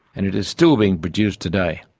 and it is still being produced today.